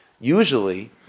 usually